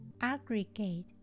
Aggregate